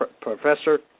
professor